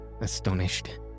astonished